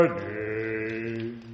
name